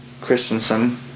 christensen